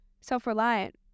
self-reliant